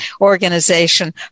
organization